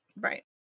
Right